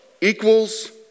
equals